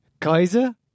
Kaiser